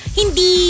hindi